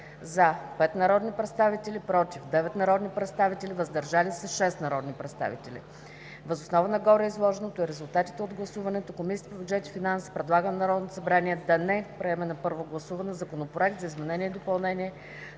– 5 народни представители, „против” – 9 народни представители и „въздържали се” – 6 народни представители. Въз основа на гореизложеното и резултатите от гласуването Комисията по бюджет и финанси предлага на Народното събрание да не приеме на първо гласуване Законопроекта за изменение и допълнение